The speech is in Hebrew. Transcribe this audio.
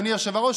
אדוני היושב-ראש,